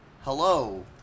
hello